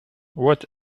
what